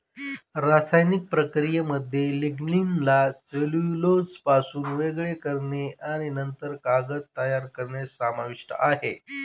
रासायनिक प्रक्रियेमध्ये लिग्निनला सेल्युलोजपासून वेगळे करणे आणि नंतर कागद तयार करणे समाविष्ट आहे